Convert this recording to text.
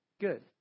good